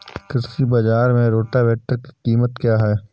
कृषि बाजार में रोटावेटर की कीमत क्या है?